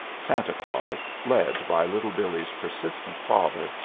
santa claus, led by little billee's persistent father,